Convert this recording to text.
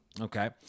Okay